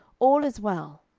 all is well.